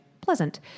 pleasant